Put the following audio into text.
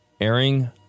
airing